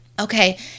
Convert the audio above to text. Okay